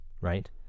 right